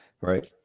right